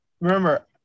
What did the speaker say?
remember